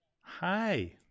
Hi